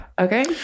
Okay